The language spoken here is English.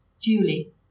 Julie